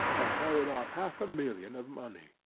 and carried off half a million of money.